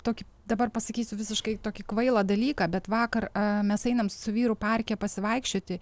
tokį dabar pasakysiu visiškai tokį kvailą dalyką bet vakar mes einam su vyru parke pasivaikščioti